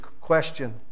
question